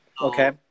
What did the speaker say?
Okay